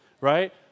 right